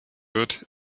wird